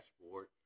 dashboard